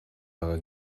байгааг